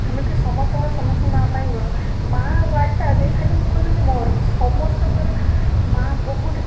ଆମେ ତ ସମସ୍ତ ସମସ୍ତଙ୍କ ମାଆ ପାଇଁ ବଡ଼ ମାଆ ୱାର୍ଡ଼ଟା ଯେ ଖାଲି ମୁଁ କହିବିନି ମୋର ସମସ୍ତଙ୍କର ମାଆ ବହୁତ